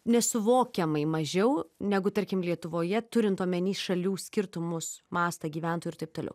nesuvokiamai mažiau negu tarkim lietuvoje turint omeny šalių skirtumus mastą gyventojų ir taip toliau